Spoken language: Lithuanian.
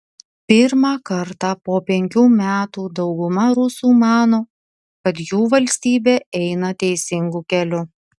pirmą kartą po penkių metų dauguma rusų mano kad jų valstybė eina teisingu keliu